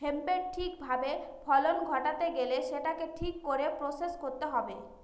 হেম্পের ঠিক ভাবে ফলন ঘটাতে গেলে সেটাকে ঠিক করে প্রসেস করতে হবে